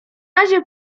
razie